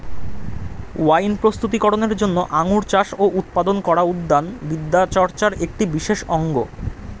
wine প্রস্তুতি করনের জন্য আঙুর চাষ ও উৎপাদন করা উদ্যান বিদ্যাচর্চার একটি বিশেষ অঙ্গ